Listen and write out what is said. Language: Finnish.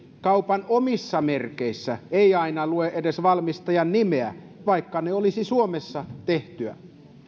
kaupan omissa merkeissä ei aina lue edes valmistajan nimeä vaikka olisi suomessa tehtyä